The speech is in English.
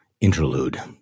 interlude